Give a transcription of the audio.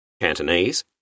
Cantonese